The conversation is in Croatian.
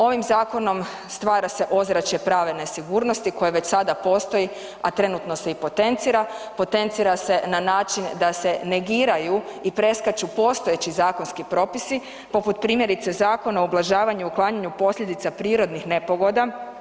Ovim zakonom stvara se ozračje prave nesigurnosti koja već sada postoji, a trenutno se i potencira, potencira se na način da se negiraju i preskaču postojeći zakonski propisi, poput, primjerice Zakona o ublažavanju i uklanjanju posljedica prirodnih nepogoda.